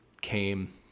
came